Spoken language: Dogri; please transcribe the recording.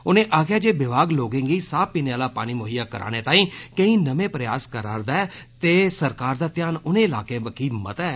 उनें आक्खेआ जे विभाग लोकें गी साफ पीने आला पानी मुहैआ कराने ताईं केईं नमें प्रयास करा'रदा ऐ ते सरकार दा ध्यान उनें इलाकें बक्खी मता ऐ